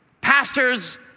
pastors